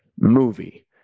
movie